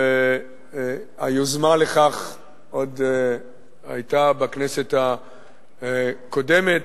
והיוזמה לכך היתה עוד בכנסת הקודמת,